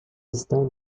estão